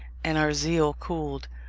and our zeal cooled.